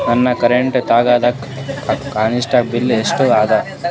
ನನ್ನ ಕರೆಂಟ್ ಖಾತಾದಾಗ ಕನಿಷ್ಠ ಬ್ಯಾಲೆನ್ಸ್ ಎಷ್ಟು ಅದ